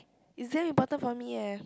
it's damn important for me eh